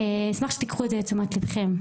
אשמח שתיקחו את זה לתשומת ליבכם.